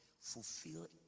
fulfill